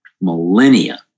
millennia